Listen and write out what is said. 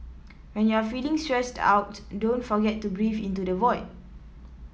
when you are feeling stressed out don't forget to breathe into the void